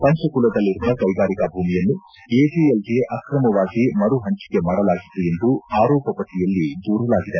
ಪಂಚಕುಲದಲ್ಲಿರುವ ಕೈಗಾರಿಕಾ ಭೂಮಿಯನ್ನು ಎಜೆಎಲ್ಗೆ ಅಕ್ರಮವಾಗಿ ಮರು ಹಂಚಿಕೆ ಮಾಡಲಾಗಿತ್ತು ಎಂದು ಆರೋಪಪಟ್ಟಿಯಲ್ಲಿ ದೂರಲಾಗಿದೆ